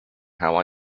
how